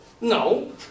No